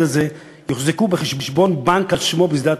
הזה יוחזקו בחשבון בנק על שמו בשדה-התעופה.